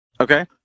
okay